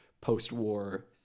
post-war